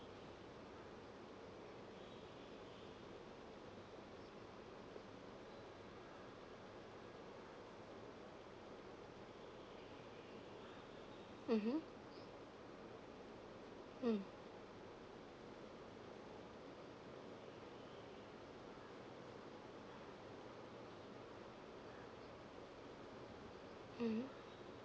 mmhmm mm mmhmm